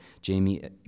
Jamie